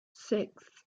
sixth